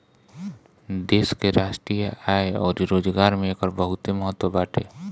देश के राष्ट्रीय आय अउरी रोजगार में एकर बहुते महत्व बाटे